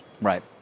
Right